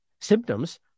symptoms